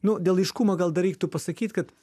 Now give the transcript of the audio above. nu dėl aiškumo gal dar reiktų pasakyt kad